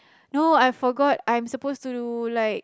no I forgot I'm suppose to like